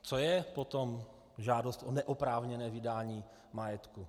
Co je potom žádost o neoprávněné vydání majetku?